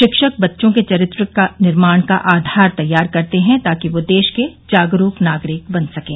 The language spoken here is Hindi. शिक्षक बच्चों के चरित्र निर्माण का आधार तैयार करते हैं ताकि वे देश के जागरूक नागरिक बन सकें